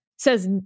says